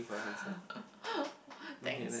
thanks